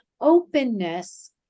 openness